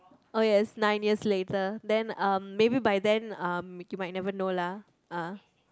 oh yes nine years later then um maybe by then um you might never know lah ah